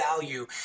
value